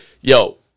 yo